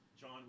John